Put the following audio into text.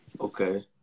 okay